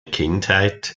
kindheit